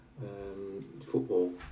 Football